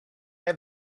have